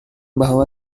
bahwa